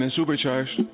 supercharged